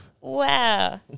Wow